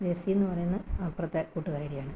Jessy എന്ന് പറയുന്ന അപ്പുറത്തെ കൂട്ടുകാരിയാണ്